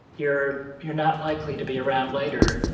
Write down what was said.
you're you're not likely to be around later,